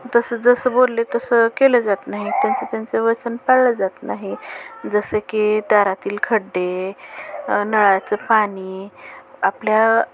तसं जसं बोलले तसं केलं जात नाही त्यांचं त्यांचं वचन पाळलं जात नाही जसं की दारातील खड्डे नळाचं पाणी आपल्या